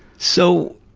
so.